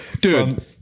dude